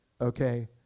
okay